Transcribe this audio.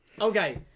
Okay